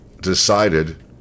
decided